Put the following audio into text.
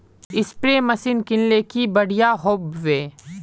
Spray machine किनले की बढ़िया होबवे?